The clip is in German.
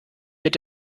mit